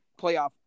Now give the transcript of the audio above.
playoff